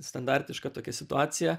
standartiška tokia situacija